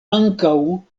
ankaŭ